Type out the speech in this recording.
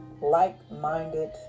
like-minded